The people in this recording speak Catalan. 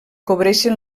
cobreixen